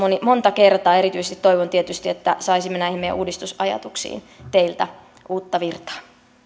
monta kertaa ja erityisesti toivon tietysti että saisimme näihin meidän uudistusajatuksiimme teiltä uutta virtaa